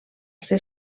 ser